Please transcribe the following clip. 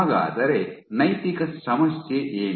ಹಾಗಾದರೆ ನೈತಿಕ ಸಮಸ್ಯೆ ಏನು